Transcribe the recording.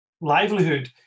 livelihood